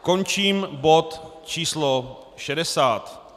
Končím bod č. 60.